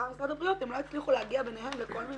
ומשרד הבריאות הם לא הצליחו להגיע ביניהם לכל מיני